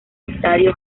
estadio